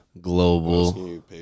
global